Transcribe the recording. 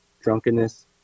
drunkenness